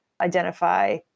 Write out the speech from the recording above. identify